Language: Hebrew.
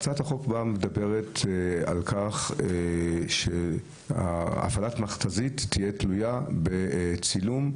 הצעת החוק מדברת על כך שהפעלת מכתזית תהיה תלויה בצילום.